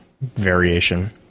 variation